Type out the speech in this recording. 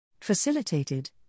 Facilitated